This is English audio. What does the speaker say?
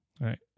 right